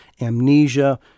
amnesia